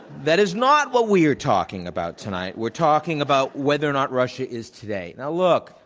that is not what we are talking about tonight. we're talking about whether or not russia is today. now, look.